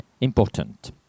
important